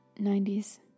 90s